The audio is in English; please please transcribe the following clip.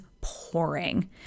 pouring